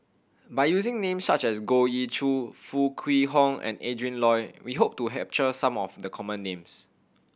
by using names such as Goh Ee Choo Foo Kwee Horng and Adrin Loi we hope to capture some of the common names